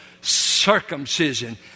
circumcision